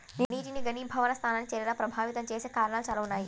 నీటిని ఘనీభవన స్థానానికి చేరేలా ప్రభావితం చేసే కారణాలు చాలా ఉన్నాయి